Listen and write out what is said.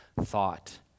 thought